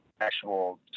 actual